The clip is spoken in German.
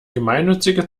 gemeinnützige